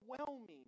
overwhelming